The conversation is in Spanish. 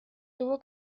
tuvo